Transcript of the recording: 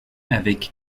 avec